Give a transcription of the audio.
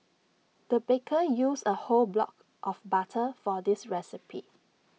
the baker used A whole block of butter for this recipe